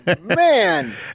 man